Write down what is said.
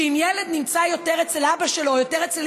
שאם ילד נמצא יותר אצל אבא שלו או יותר אצל